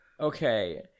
Okay